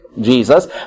Jesus